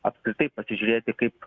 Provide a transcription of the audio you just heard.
apskritai pasižiūrėti kaip